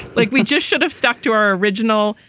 like we just should have stuck to our original.